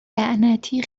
لعنتی